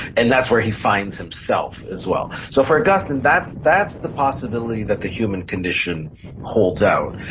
and that's where he finds himself as well. so for augustine, that's that's the possibility that the human condition holds out.